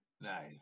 Nice